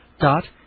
Dot